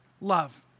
love